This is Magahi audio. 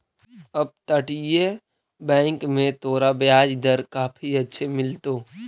अपतटीय बैंक में तोरा ब्याज दर काफी अच्छे मिलतो